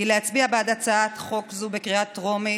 היא להצביע בעד הצעת חוק זו בקריאה טרומית,